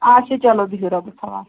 اَچھا چلو بِہِو رۄبَس حوال